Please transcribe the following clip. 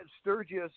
Sturgis